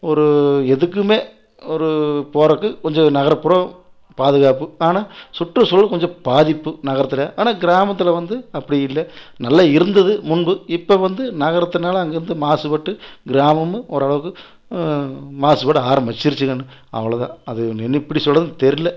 ஒரு எதுக்குமே ஒரு போகிறதுக்கு கொஞ்சம் நகர்ப்புறம் பாதுக்காப்பு ஆனால் சுற்றுக்சூழல் கொஞ்சம் பாதிப்பு நகரத்தில் ஆனால் கிராமத்தில் வந்து அப்படி இல்லை நல்லா இருந்தது முன்பு இப்போது வந்து நகரத்தினால் அங்கயிருந்து மாசுபட்டு கிராமமும் ஓரளவுக்கு மாசுபட ஆரம்பிச்சிருச்சு கண்ணு அவ்வளோதான் அது இன்னும் எப்படி சொல்கிறதுனு தெரியல